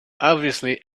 obviously